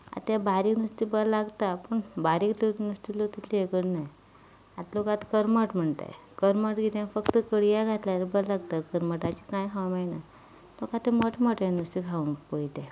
आतां तें बारीक नुस्तें बरें लागता पूण बारीक नुस्तें लोक तितलें हें करिनात आतां लोक आतां करमट म्हणटात करमट कितें फक्त कडया घातल्यार बरें लागता करमटाचें कांय खावं मेळना लोक आतां मोटें मोटें नुस्तें खावूं पळयता